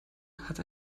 hat